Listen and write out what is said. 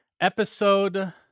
Episode